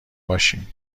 باشیم